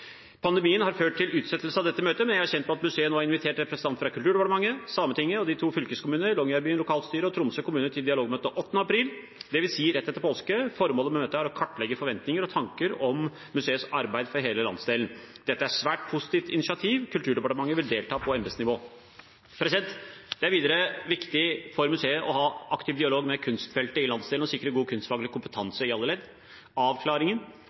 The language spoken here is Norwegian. Pandemien har ført til utsettelse av dette møtet, men jeg er kjent med at museet nå har invitert representanter fra Kulturdepartementet, Sametinget, de to fylkeskommunene, Longyearbyen lokalstyre og Tromsø kommune til dialogmøte 8. april, dvs. rett etter påske. Formålet med møtet er å kartlegge forventninger og tanker om museets arbeid for hele landsdelen. Dette er et svært positivt initiativ. Kulturdepartementet vil delta på embetsnivå. Det er videre viktig for museet å ha en aktiv dialog med kunstfeltet i landsdelen og sikre god kunstfaglig kompetanse i alle ledd. Avklaringen